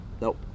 Nope